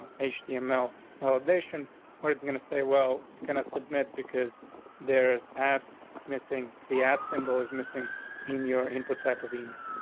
ah, email validation what it's gonna say. well, you cannot submit because there's after missing. the at symbol is missing in your input type of email,